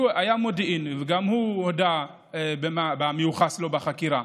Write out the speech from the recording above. היה מודיעין, והוא גם הודה במיוחס לו בחקירה.